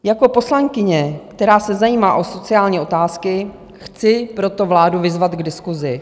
Jako poslankyně, která se zajímá o sociální otázky, chci proto vládu vyzvat k diskusi.